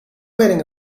wearing